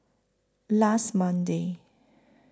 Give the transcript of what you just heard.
last Monday